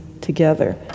together